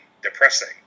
depressing